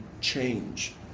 change